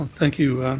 thank you.